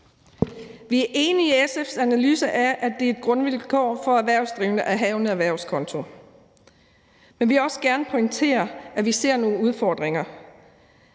Vi er enige i SF's analyse af, at det er et grundvilkår for erhvervsdrivende at have en erhvervskonto, men vi vil også gerne pointere, at vi ser nogle udfordringer,